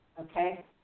okay